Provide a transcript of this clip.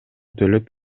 төлөп